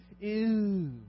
ew